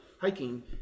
hiking